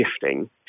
shifting